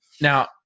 Now